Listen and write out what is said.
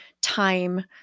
time